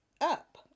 up